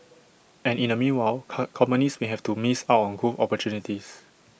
and in the meanwhile cut companies may have to miss out on growth opportunities